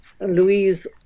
Louise